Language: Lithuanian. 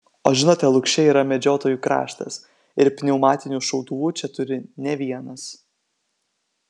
o žinote lukšiai yra medžiotojų kraštas ir pneumatinių šautuvų čia turi ne vienas